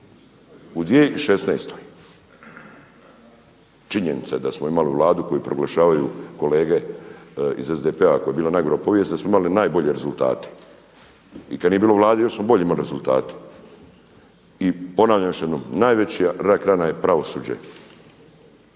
u 2016. Činjenica je da smo imali Vladu koju proglašavaju kolege iz SDP-a koja je bila najgora u povijesti, da smo imali najbolje rezultate. I kad nije bilo Vlade još smo bolje imali rezultate. I ponavljam još jednom najveća rak rana je pravosuđe.